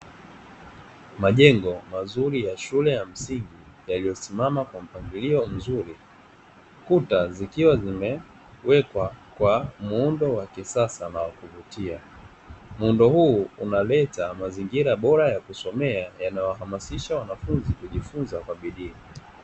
Majengo mazuri ya shule ya msingi yaliyosimama kwa mpangilio mzuri kuta zikiwa zimewekwa kwa muundo wa kisasa na wakuvutia. muundo huu unaleta mazingira bora ya kusomea yanawahamasisha wanafunzi kujifunza kwa bidii.